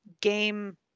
game